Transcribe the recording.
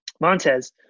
Montez